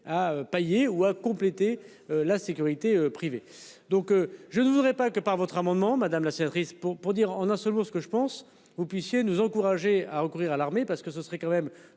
à payer ou à compléter la sécurité privée donc je ne voudrais pas que par votre amendement madame la sénatrice pour pour dire on a ce lourd ce que je pense vous puissiez nous encourager à recourir à l'armée parce que ce serait quand même